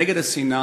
נגד השנאה,